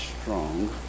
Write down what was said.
strong